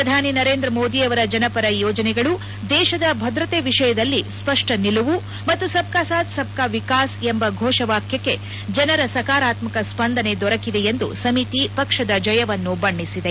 ಪ್ರಧಾನಿ ನರೇಂದ್ರ ಮೋದಿಯವರ ಜನಪರ ಯೋಜನೆಗಳು ದೇಶದ ಭದ್ರತೆ ವಿಷಯದಲ್ಲಿ ಸ್ವಷ್ನ ನಿಲುವು ಮತ್ತು ಸಬ್ ಕಾ ಸಾಥ್ ಸಬ್ ಕಾ ವಿಕಾಸ್ ಎಂಬ ಘೋಷವಾಕ್ಯಕ್ಕೆ ಜನರ ಸಕಾರಾತ್ಮಕ ಸ್ಸಂದನೆ ದೊರಕಿದೆ ಎಂದು ಸಮಿತಿ ಪಕ್ಷದ ಜಯವನ್ನು ಬಣ್ಣಿಸಿದೆ